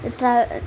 ಟ್ರಾ